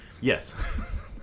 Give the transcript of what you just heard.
Yes